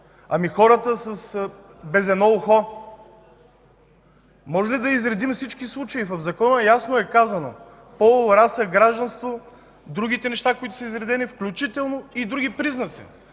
Ами хората без едно ухо? Можем ли да изредим всички случаи?! В Закона ясно е казано: пол, раса, гражданство, другите неща, които са изредени, включително и други признаци.